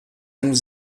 nous